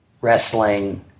Wrestling